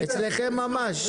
אצלכם ממש,